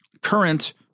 current